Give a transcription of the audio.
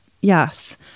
yes